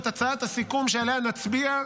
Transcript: את הצעת הסיכום שעליה נצביע,